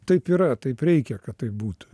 taip yra taip reikia kad taip būtų